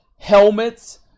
Helmets